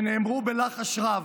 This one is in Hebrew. שנאמרו בלחש רב,